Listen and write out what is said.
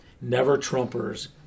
never-Trumpers